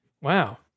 Wow